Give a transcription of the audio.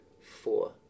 four